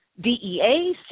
DEA